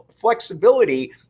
flexibility